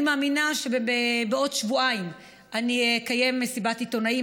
אני מאמינה שבעוד שבועיים אני אקיים מסיבת עיתונאים,